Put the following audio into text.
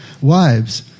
Wives